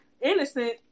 innocent